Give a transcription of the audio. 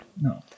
No